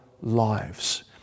lives